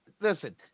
listen